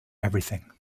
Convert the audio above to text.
everything